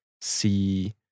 see